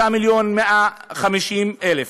3 מיליון ו-150,000 שקל.